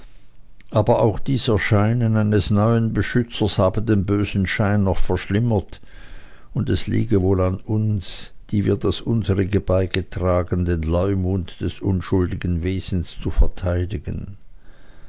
aber auch dies erscheinen eines neuen beschützers habe den bösen schein noch verschlimmert und es liege wohl an uns die wir das unsrige beigetragen den leumund des unschuldigen wesens zu verteidigen